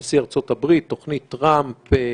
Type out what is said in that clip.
נשיא ארצות הברית, תוכנית טראמפ,